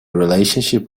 relationship